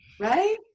right